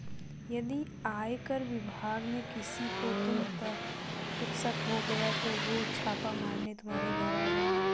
यदि आयकर विभाग में किसी को तुम पर शक हो गया तो वो छापा मारने तुम्हारे घर आ जाएंगे